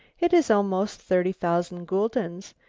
it is almost thirty thousand guldens,